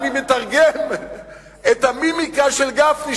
אני מתרגם את המימיקה של גפני,